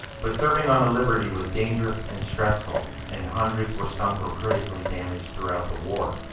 but serving on a liberty was dangerous and stressful and hundreds were sunk or critically damaged throughout the war.